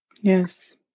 Yes